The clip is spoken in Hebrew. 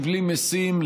מבלי משים,